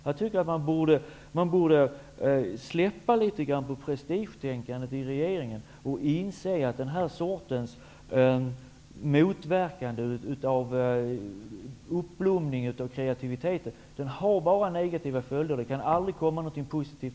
Jag tycker alltså att man i regeringen borde släppa litet grand på prestigetänkandet och inse att det här sättet att motverka en uppblomning av kreativiteten bara får negativa följder -- alltså att det aldrig kan resultera i något positivt.